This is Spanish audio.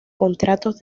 contratos